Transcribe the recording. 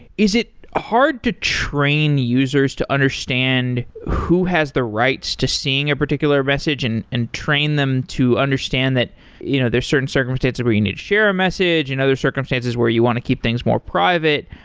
is it hard to train users to understand who has the rights to seeing a particular message and and train them to understand that you know there's certain circumstances where you need to share a message, and other circumstances where you want to keep things more private?